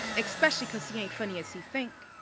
especially cuz he ain't funny as he think,